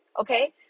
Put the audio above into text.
okay